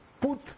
put